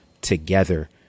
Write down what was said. together